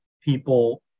people